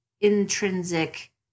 intrinsic